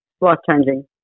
life-changing